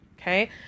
okay